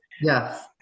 Yes